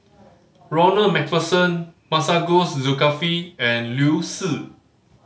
Ronald Macpherson Masagos Zulkifli and Liu Si